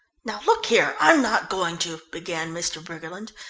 now look here, i'm not going to began mr. briggerland,